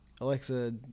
Alexa